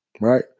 Right